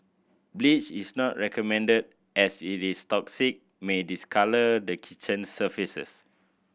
bleach is not recommended as it is toxic may discolour the kitchen surfaces